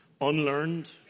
unlearned